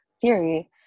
theory